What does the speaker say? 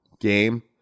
game